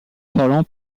parlant